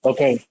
Okay